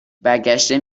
برگشته